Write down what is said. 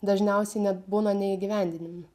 dažniausiai net būna neįgyvendinami